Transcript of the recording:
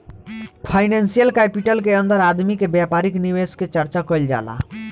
financial capital के अंदर आदमी के व्यापारिक निवेश के चर्चा कईल जाला